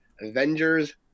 Avengers